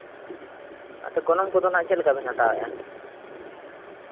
ᱟᱫᱚ ᱜᱚᱱᱚᱝ ᱠᱚᱫᱚ ᱦᱟᱸᱜ ᱪᱮᱫ ᱞᱮᱠᱟ ᱵᱤᱱ ᱦᱟᱛᱟᱣᱮᱫᱼᱟ